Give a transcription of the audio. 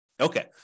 Okay